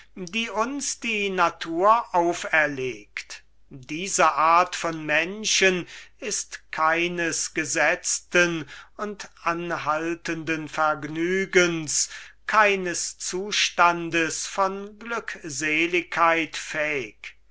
die uns die natur auferlegt diese art von menschen ist keines gesetzten und anhaltenden vergnügens keines zustandes von glückseligkeit fähig